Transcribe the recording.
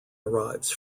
arrives